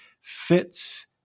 fits